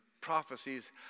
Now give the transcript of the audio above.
prophecies